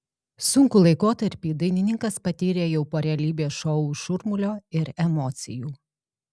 sunkų laikotarpį dainininkas patyrė jau po realybės šou šurmulio ir emocijų